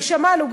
ושמענו,